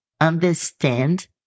understand